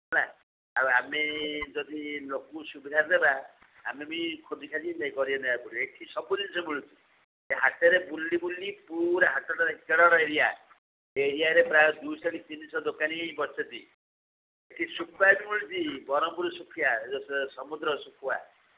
ହେଲା ଆଉ ଆମେ ଯଦି ଲୋକଙ୍କୁ ସୁବିଧାରେ ଦେବା ଆମେ ବି ଖୋଜିଖାଜି କରେଇ ନେବାକୁ ପଡ଼ିବ ଏଠି ସବୁ ଜିନିଷ ମିଳୁଛି ହାଟରେ ବୁଲି ବୁଲି ପୁରା ହାଟଟା ଦେଖିସାର କେତେବଡ଼ ଏରିଆ ଏ ଏରିଆରେ ପ୍ରାୟ ଦୁଇଶହ କି ତିନିଶହ ଦୋକାନୀ ବସିଛନ୍ତି ଏଠି ଶୁଖୁଆ ବି ମିଳୁଛି ବରହମପୁର ଶୁଖୁଆ ଏ ଯୋଉ ସମୁଦ୍ର ଶୁଖୁଆ